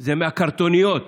היא מהקרטוניות